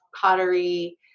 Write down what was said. pottery